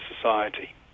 society